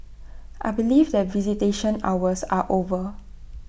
I believe that visitation hours are over